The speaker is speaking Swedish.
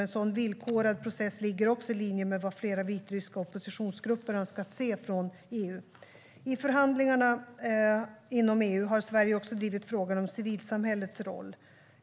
En sådan villkorad process ligger också i linje med vad flera vitryska oppositionsgrupper önskat se från EU. I förhandlingarna inom EU har Sverige också drivit frågan om civilsamhällets roll.